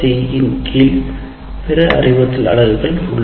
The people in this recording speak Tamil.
CO3 இன் கீழ் பிற அறிவுறுத்தல் அலகுகள் உள்ளன